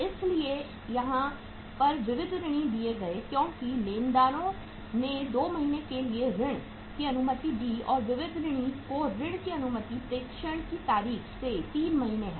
इसलिए यहां पर विविध ऋणी दिए गए क्योंकि लेनदारों ने 2 महीने के लिए ऋण की अनुमति दी और विविध ऋणी को ऋण की अनुमति प्रेषण की तारीख से 3 महीने है